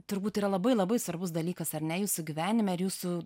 turbūt yra labai labai svarbus dalykas ar ne jūsų gyvenime ir jūsų